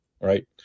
right